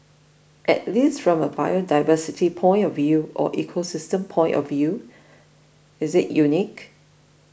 at least from a biodiversity point of view or ecosystem point of view is it unique